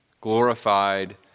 glorified